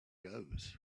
goes